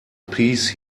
piece